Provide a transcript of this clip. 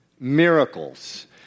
miracles